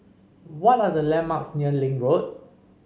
what are the landmarks near Link Road